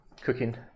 cooking